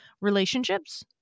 relationships